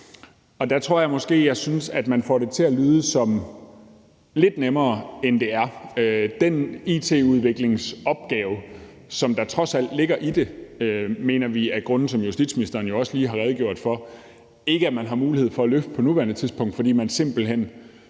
Der tror jeg måske, jeg synes, at man får det til at lyde lidt nemmere, end det er. Den it-udviklingsopgave, der trods alt ligger i det, mener vi af grunde, som justitsministeren jo også lige har redegjort for, ikke at man har mulighed for at løfte på nuværende tidspunkt, fordi man simpelt hen